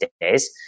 days